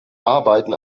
arbeiten